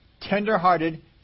tender-hearted